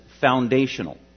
foundational